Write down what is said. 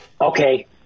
okay